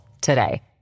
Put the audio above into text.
today